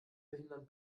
behindern